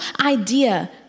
idea